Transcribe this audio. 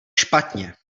špatně